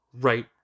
right